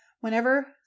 Whenever